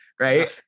Right